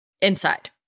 inside